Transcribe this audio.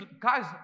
guys